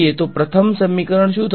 તો પ્રથમ સમીકરણ શું હશે